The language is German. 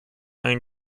ein